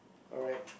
alright